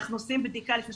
לפני